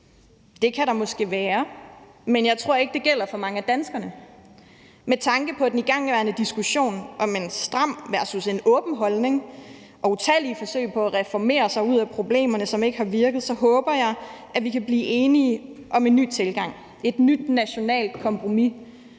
Det kan der måske være, men jeg tror ikke, at det gælder for mange af danskerne. Med tanke på den igangværende diskussion om en stram versus en åben holdning og utallige forsøg på at reformere sig ud af problemerne, som ikke har virket, håber jeg, at vi kan blive enige om en ny tilgang – et nyt nationalt kompromis